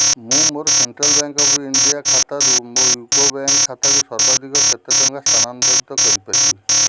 ମୁଁ ମୋର central bank of India ଖାତାରୁ ମୋ ୟୁକୋ ବ୍ୟାଙ୍କ୍ ଖାତାକୁ ସର୍ବାଧିକ କେତେ ଟଙ୍କା ସ୍ଥାନାନ୍ତରିତ କରିପାରିବି